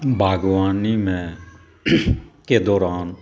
बागवानी के दौरान